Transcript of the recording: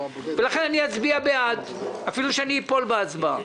ולכן אצביע בעד אפילו שאני אפול בהצבעה.